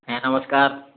ଆଜ୍ଞା ନମସ୍କାର୍